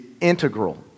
integral